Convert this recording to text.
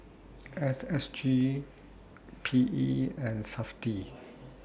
S S G P E and Safti